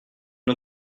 une